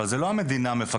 אבל זה לא המדינה מפקחת,